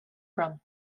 from